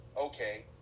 Okay